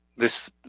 this